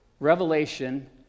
Revelation